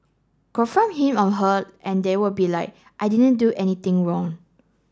confront him or her and they will be like I didn't do anything wrong